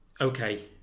okay